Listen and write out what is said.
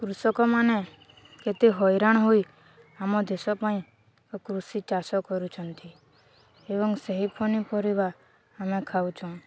କୃଷକମାନେ କେତେ ହଇରାଣ ହୋଇ ଆମ ଦେଶ ପାଇଁ ଏକ କୃଷି ଚାଷ କରୁଛନ୍ତି ଏବଂ ସେହି ପନିପରିବା ଆମେ ଖାଉଛନ୍